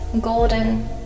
golden